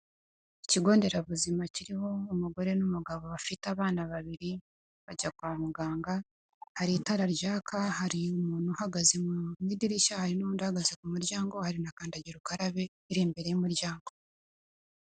Ikigonderabuzima kiriho umugore n'umugabo bafite abana babiri bajya kwa muganga hari itara ryaka, hari umuntu uhagaze mu idirishya, hari n'undi uhagaze ku muryango, hari na kandagira ukarabe iri imbere y'umuryango.